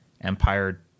empire